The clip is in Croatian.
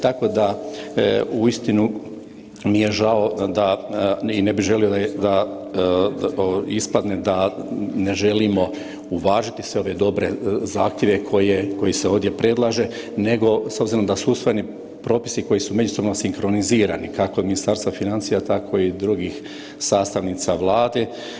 Tako da uistinu mi je žao i ne bi želio da ispadne da ne želimo uvažiti sve ove dobre zahtjeve koji se ovdje predlažu nego s obzirom da su usvojeni propisi koji su međusobno sinkronizirani kako Ministarstva financija tako i drugih sastavnica Vlade.